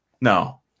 no